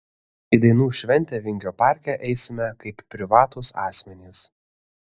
į dainų šventę vingio parke eisime kaip privatūs asmenys